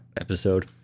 episode